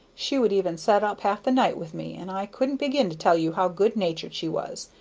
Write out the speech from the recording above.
she would even set up half the night with me, and i couldn't begin to tell you how good-natured she was,